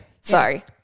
sorry